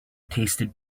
tasted